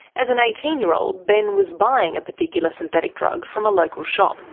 as an eighteen year old, ben was buying a particular synthetic drug from a local shop.